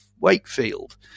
Wakefield